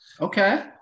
Okay